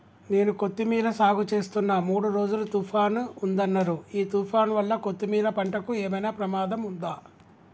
నేను కొత్తిమీర సాగుచేస్తున్న మూడు రోజులు తుఫాన్ ఉందన్నరు ఈ తుఫాన్ వల్ల కొత్తిమీర పంటకు ఏమైనా ప్రమాదం ఉందా?